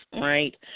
right